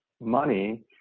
money